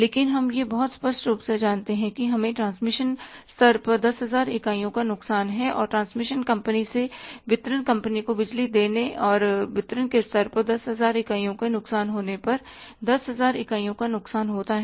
लेकिन हम यह बहुत स्पष्ट रूप से जानते हैं कि हमें ट्रांसमिशन स्तर पर 10000 इकाइयों का नुकसान है और ट्रांसमिशन कंपनी से वितरण कंपनी को बिजली लेने और वितरण के स्तर पर 10000 इकाइयों के नुकसान होने पर 10000 इकाइयों का नुकसान होता है